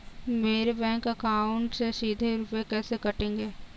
मेरे bank account से सीधे रुपए कैसे कटेंगे?